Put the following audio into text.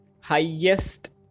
highest